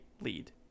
lead